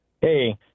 Hey